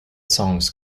songs